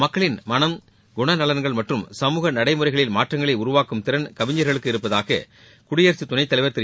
மக்களின் மனம் குணநலன்கள் மற்றும் சமூக நடைமுறைகளில் மாற்றங்களை உருவாக்கும் திறன் கவிஞர்களுக்கு இருட்பதாக குடியரசுத் துணைத் தலைவர் திரு